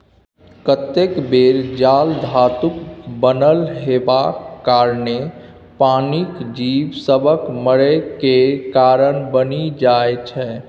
कतेक बेर जाल धातुक बनल हेबाक कारणेँ पानिक जीब सभक मरय केर कारण बनि जाइ छै